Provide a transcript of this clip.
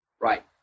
Right